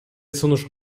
сунуш